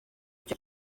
icyo